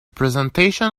presentation